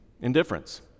Indifference